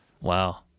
Wow